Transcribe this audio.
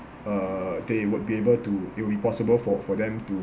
uh they would be able to it would be possible for for them to